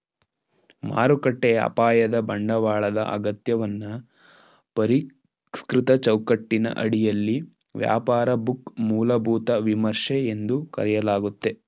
ಮಾರುಕಟ್ಟೆ ಅಪಾಯದ ಬಂಡವಾಳದ ಅಗತ್ಯವನ್ನ ಪರಿಷ್ಕೃತ ಚೌಕಟ್ಟಿನ ಅಡಿಯಲ್ಲಿ ವ್ಯಾಪಾರ ಬುಕ್ ಮೂಲಭೂತ ವಿಮರ್ಶೆ ಎಂದು ಕರೆಯಲಾಗುತ್ತೆ